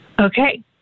Okay